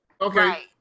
Okay